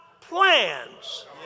plans